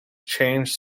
changed